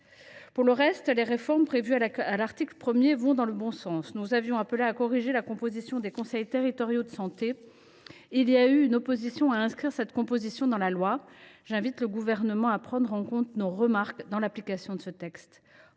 Pour le reste, les réformes prévues à l’article 1vont dans le bon sens. Nous avions appelé à corriger la composition des conseils territoriaux de santé. S’il y a eu une opposition à inscrire cette composition dans la loi, j’invite le Gouvernement à prendre en compte nos remarques dans l’application de ce texte.